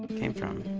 came from.